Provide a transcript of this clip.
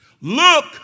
Look